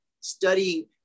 studying